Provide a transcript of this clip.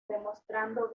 demostrando